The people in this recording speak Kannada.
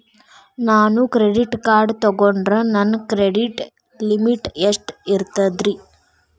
ನಾನು ಕ್ರೆಡಿಟ್ ಕಾರ್ಡ್ ತೊಗೊಂಡ್ರ ನನ್ನ ಕ್ರೆಡಿಟ್ ಲಿಮಿಟ್ ಎಷ್ಟ ಇರ್ತದ್ರಿ?